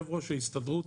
יו"ר ההסתדרות,